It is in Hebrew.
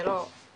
זה לא חופף